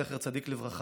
זכר צדיק לברכה,